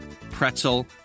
pretzel